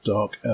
Dark